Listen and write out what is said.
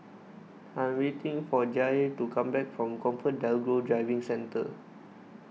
I am waiting for Jair to come back from ComfortDelGro Driving Centre